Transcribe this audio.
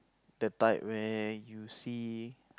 the type where you see